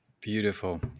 Beautiful